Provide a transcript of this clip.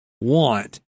want